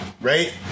Right